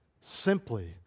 simply